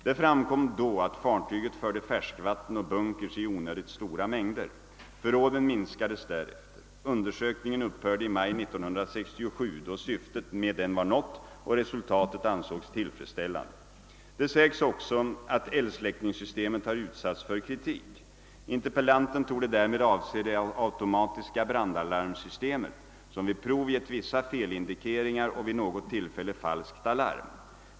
Det framkom då att fartyget förde färskvatten och bunkers i onödigt stora mängder. Förråden minskades därefter. Undersökningen upphörde i maj 1967, då syftet med den var nått och resultatet ansågs tillfredsställande. Det sägs också att eldsläckningssystemet har utsatts för kritik. Interpellanten torde därmed avse det automatiska brandalarmsystemet, som vid prov gett vissa felindikeringar och vid något tillfälle falskt alarm.